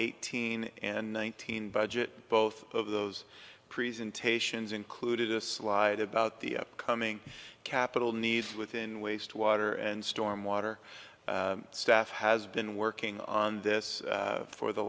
eighteen and nineteen budget both of those presentations included this slide about the upcoming capital needs within wastewater and stormwater staff has been working on this for the